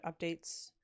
updates